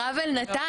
הרב אלנתן,